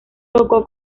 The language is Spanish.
tocó